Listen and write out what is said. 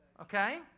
okay